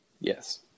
Yes